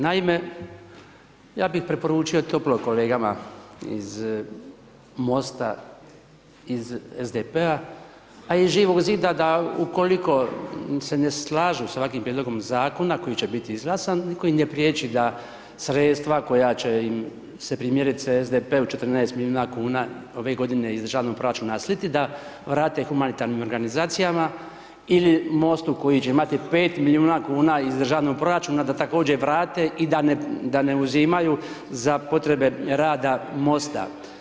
Naime, ja bih preporučio toplo kolegama iz MOST-a, iz SDP-a, a iz Živog Zida da ukoliko se ne slažu sa ovakvim prijedlogom Zakona koji će biti izglasan i koji ne priječi da sredstva koja će im se, primjerice SDP-u 14 milijuna kuna ove godine iz državnog proračuna sliti, da vrata humanitarnim organizacijama ili MOST-u koji će imati 5 milijuna kuna iz državnog proračuna da također vrate i da ne uzimaju za potrebe rada MOST-a.